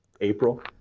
April